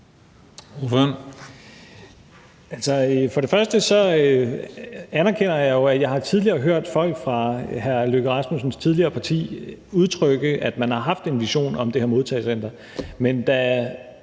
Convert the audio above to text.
For det første anerkender jeg, at jeg tidligere har hørt folk fra hr. Lars Løkke Rasmussens tidligere parti udtrykke, at man har haft en vision om det her modtagecenter.